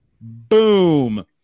boom